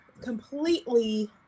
completely